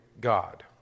God